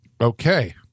okay